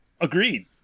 Agreed